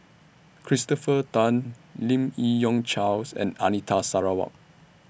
Christopher Tan Lim Yi Yong Charles and Anita Sarawak